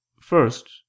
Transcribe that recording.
first